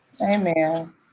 Amen